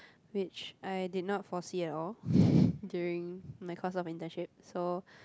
which I did not foresee at all during my course of internship so